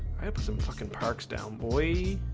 i have some fucking parks down boy